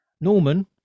Norman